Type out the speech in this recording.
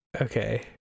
Okay